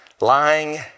lying